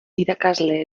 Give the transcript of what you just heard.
irakasle